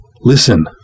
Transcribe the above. Listen